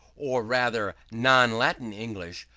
or rather non-latin english,